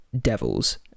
devils